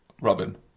robin